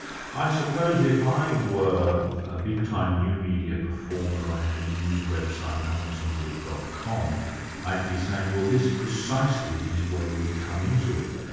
i suppose if i were a big time new media performer, i had a news website, um alansaunders. com i'd be saying well this precisely is where we come in to it.